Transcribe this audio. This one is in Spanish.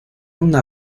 una